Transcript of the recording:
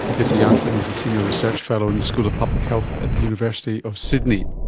jesse jansen is a senior research fellow in the school of public health at the university of sydney